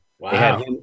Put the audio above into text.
wow